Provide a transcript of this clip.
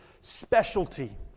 specialty